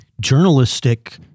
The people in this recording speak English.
journalistic –